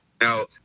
Now